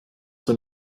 doch